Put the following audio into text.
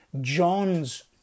John's